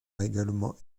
également